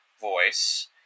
voice